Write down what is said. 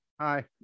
hi